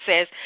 says